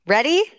Ready